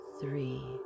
Three